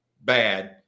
bad